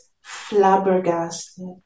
flabbergasted